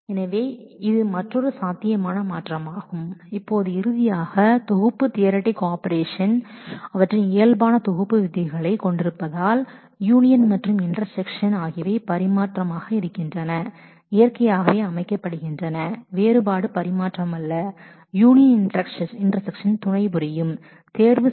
எனவே இது மற்றொரு சாத்தியமான டிரன்ஸ்பாமேஷன் இப்போது இறுதியாக செட் தியறட்டிக் ஆபரேஷன் அவற்றின் இயல்பான செட் விதிகளைக் கொண்டிருப்பதால் யூனியன் மற்றும் இன்டெர்செக்ஷன் ஆகியவை காமுடேட்டிவ் ஆக இருக்கின்றன இயற்கையாகவே செட் வேறுபாடு காமுடேட்டிவ் அல்ல யூனியன் இன்டெர்செக்ஷன் போன்றவை அசோசியேட்டிவ்